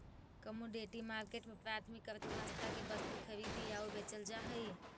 commodity market में प्राथमिक अर्थव्यवस्था के वस्तु खरीदी आऊ बेचल जा हइ